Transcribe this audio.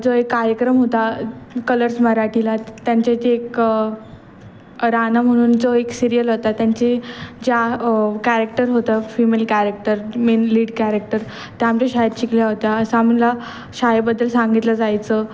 जो एक कार्यक्रम होता कलर्स मराठीला त्यांच्या ते एक राणा म्हणून जो एक सिरियल होता त्यांची ज्या कॅरेक्टर होतं female character main lead character त्या आमच्या शाळेत शिकल्या होत्या असा आमाला शाळेबद्दल सांगितलं जायचं